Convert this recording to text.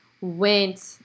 went